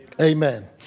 Amen